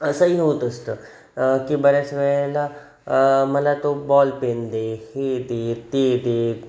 असंही होत असतं की बऱ्याचवेळेला मला तो बॉल पेन दे हे दे ते दे